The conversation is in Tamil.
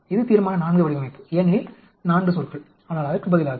இது தீர்மான IV வடிவமைப்பு ஏனெனில் 4 சொற்கள் ஆனால் அதற்கு பதிலாக